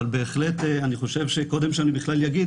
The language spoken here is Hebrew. אבל בהחלט אני חושב שקודם שאני בכלל אגיד,